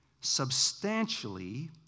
substantially